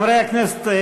חברי הכנסת,